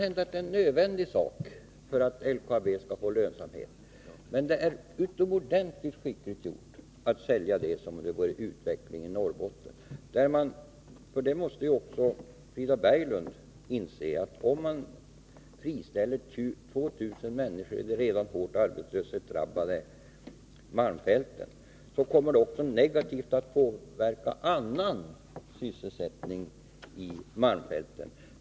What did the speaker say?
Det kanske är nödvändigt för att LKAB skall bli lönsamt, men det är utomordentligt skickligt gjort att sälja det som om det vore en utveckling i Norrbotten. Även Frida Berglund måste inse att om man friställer över 2 000 människor i de redan hårt drabbade malmfälten kommer detta att negativt påverka också annan sysselsättning i malmfälten.